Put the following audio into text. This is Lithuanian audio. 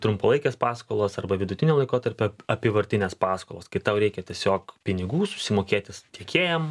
trumpalaikės paskolos arba vidutinio laikotarpio apyvartinės paskolos kai tau reikia tiesiog pinigų susimokėti tiekėjam